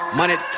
money